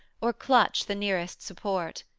or clutch the nearest support.